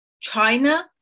China